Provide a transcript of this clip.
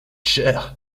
cher